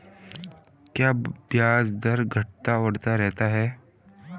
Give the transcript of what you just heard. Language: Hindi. क्या ब्याज दर घटता बढ़ता रहता है?